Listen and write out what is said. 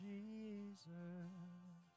Jesus